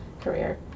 career